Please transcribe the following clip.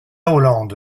hollande